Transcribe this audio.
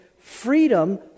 freedom